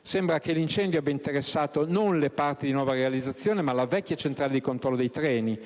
Sembra che l'incendio abbia interessato non le parti di nuova realizzazione, ma la vecchia centrale di controllo dei treni: